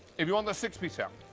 if you want the six piece, um